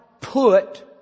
put